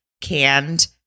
canned